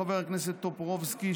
חבר הכנסת טופורובסקי,